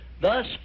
thus